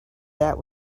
that